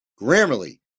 Grammarly